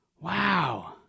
Wow